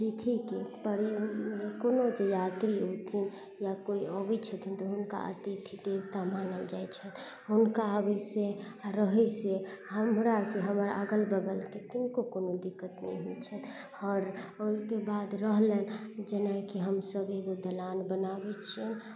अतिथिके परे कोनो जे यात्री होथिन या कोइ अबै छथिन तऽ हुनका अतिथि देवता मानल जाइ छथि हुनका अबै से रहै से हमरा कि हमर अगल बगलके किनको कोनो दिक्कत नहि होइ छथि आओर ओहिके बाद रहलनि जेनाकि हमसब एगो दलान बनाबै छियनि